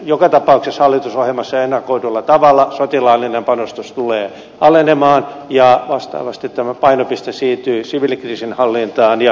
joka tapauksessa hallitusohjelmassa ennakoidulla tavalla sotilaallinen panostus tulee alenemaan ja vastaavasti tämä painopiste siirtyy siviilikriisinhallintaan ja kehitysyhteistyöhön